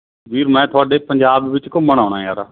ਵੀਰ ਮੈਂ ਤੁਹਾਡੇ ਪੰਜਾਬ ਵਿੱਚ ਘੁੰਮਣ ਆਉਣਾ ਯਾਰ